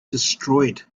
destroyed